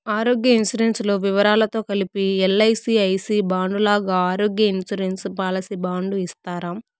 ఆరోగ్య ఇన్సూరెన్సు లో వివరాలతో కలిపి ఎల్.ఐ.సి ఐ సి బాండు లాగా ఆరోగ్య ఇన్సూరెన్సు పాలసీ బాండు ఇస్తారా?